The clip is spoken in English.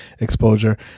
exposure